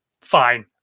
fine